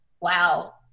Wow